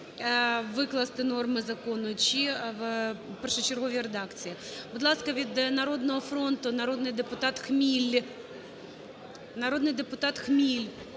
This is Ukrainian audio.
викласти норми закону чи в першочерговій редакції. Будь ласка, від "Народного фронту" народний депутат Хміль. Народний депутат Хміль.